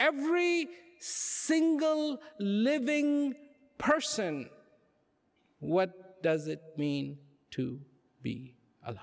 every single living person what does it mean to be